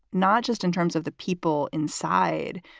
not just in terms of the people inside,